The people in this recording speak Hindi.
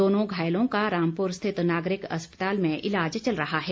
दोनों घायलों का रामपुर स्थित नागरिक अस्पताल में ईलाज चल रहा है